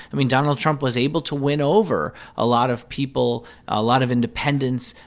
i mean, donald trump was able to win over a lot of people, a lot of independents,